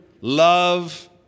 love